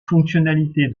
fonctionnalités